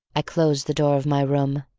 i closed the door of my room.